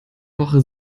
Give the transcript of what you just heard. woche